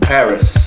Paris